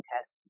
test